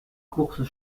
courses